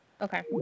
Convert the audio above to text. Okay